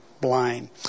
blind